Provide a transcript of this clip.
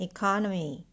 Economy